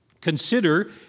Consider